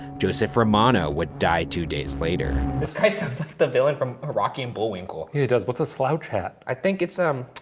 joseph romano would die two days later. this so so the villain from ah rocky and bullwinkle. yeah he does. what's a slouch hat? i think it's, um,